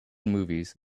movies